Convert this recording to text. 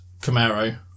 Camaro